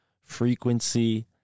frequency